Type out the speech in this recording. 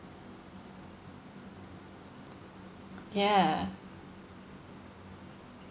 ya